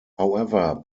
however